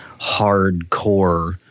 hardcore